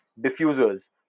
diffusers